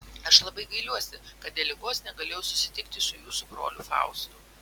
aš labai gailiuosi kad dėl ligos negalėjau susitikti su jūsų broliu faustu